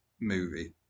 movie